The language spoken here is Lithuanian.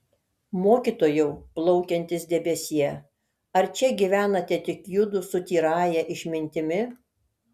mokytojau plaukiantis debesie ar čia gyvenate tik judu su tyrąja išmintimi